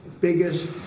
biggest